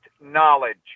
knowledge